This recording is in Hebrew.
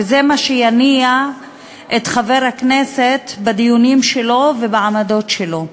וזה מה שיניע את חבר הכנסת בדיונים שלו ובעמדות שלו.